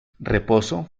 reposo